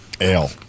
Ale